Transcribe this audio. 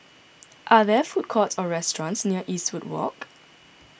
are there food courts or restaurants near Eastwood Walk